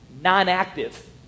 non-active